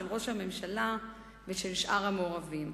של ראש הממשלה ושל שאר המעורבים.